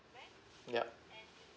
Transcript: yup